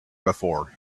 before